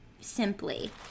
simply